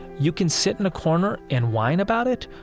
you can sit in a corner and whine about it.